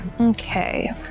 Okay